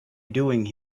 doing